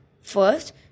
First